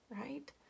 right